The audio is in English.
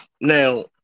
Now